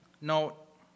note